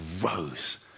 rose